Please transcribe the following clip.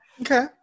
Okay